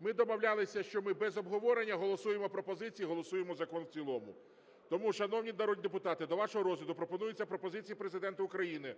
Ми домовлялися, що ми без обговорення голосуємо пропозицію і голосуємо закон в цілому. Тому, шановні народні депутати, до вашого розгляду пропонуються пропозиції Президента України